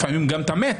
לפעמים אתה גם מת,